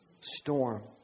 storm